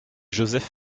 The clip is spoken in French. joseph